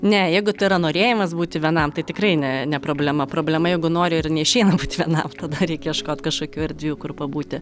ne jeigu tai yra norėjimas būti vienam tai tikrai ne ne problema problema jeigu nori ir neišeina būt vienam tada reikia ieškot kažkokių erdvių kur pabūti